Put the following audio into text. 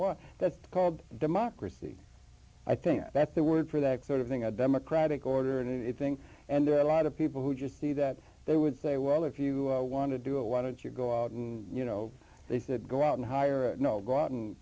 want that's called democracy i think that's the word for that sort of thing a democratic order and it thing and there are a lot of people who just see that they would say well if you want to do it why don't you go out and you know they said go out and hire no go